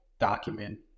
document